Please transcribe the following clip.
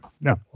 No